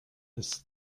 ist